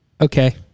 Okay